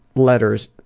letters,